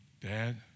Dad